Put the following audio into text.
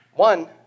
One